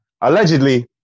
allegedly